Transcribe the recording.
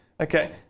Okay